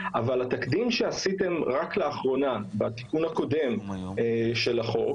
אבל התקדים שעשיתם רק לאחרונה בתיקון הקודם של החוק